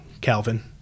Calvin